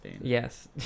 Yes